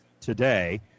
today